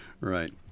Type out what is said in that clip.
right